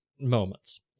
moments